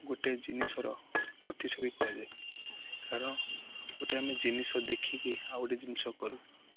ଗୋଟେ ଜିନିଷର ପ୍ରତିଛବି କୁହାଯାଏ କାରଣ ଗୋଟେ ଆମେ ଜିନିଷ ଦେଖିକି ଆଉ ଗୋଟେ ଜିନିଷ କରୁ